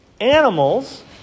Animals